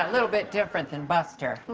little bit different than buster.